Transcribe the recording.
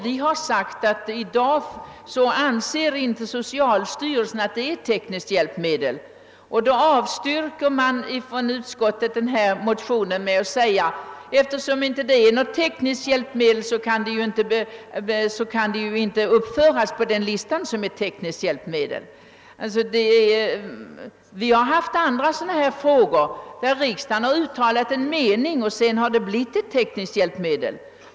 Vi har sagt att i dag anser inte socialstyrelsen att det är ett tekniskt hjälpmedel. Utskottet avstyrker motionen med att säga att, eftersom det inte är något tekniskt hjälpmedel, kan det inte uppföras på listan som ett sådant hjälpmedel. I andra liknande frågor har riksdagen uttalat en mening, och sedan har hjälpmedlet i fråga hänförts till gruppen tekniska hjälpmedel.